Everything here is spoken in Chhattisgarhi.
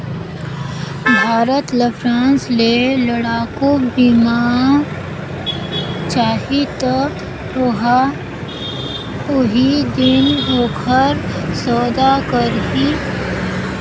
भारत ल फ्रांस ले लड़ाकु बिमान चाहीं त ओहा उहीं दिन ओखर सौदा करहीं भई मोला तीन साल कर बाद चहे दुई साल बाद लड़ाकू बिमान ल